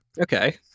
Okay